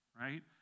right